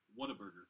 Whataburger